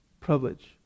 privilege